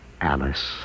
Alice